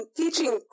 teaching